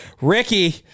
Ricky